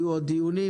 יהיו עוד דיונים,